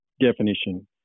definition